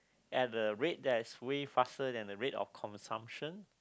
at a rate that's way faster than the rate of consumption